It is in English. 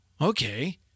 okay